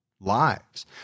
lives